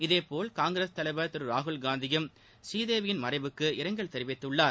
இதேபோல் காங்கிரஸ் தலைவர் திரு ராகுல் காந்தியும் புரீதேவியின் மறைவுக்கு இரங்கல் தெரிவித்துள்ளார்